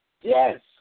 Yes